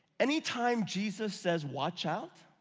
any time jesus says watch out,